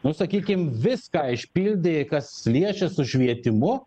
nu sakykim viską išpildė kas liečia su švietimu